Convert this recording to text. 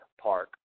Park